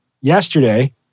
Yesterday